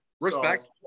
Respect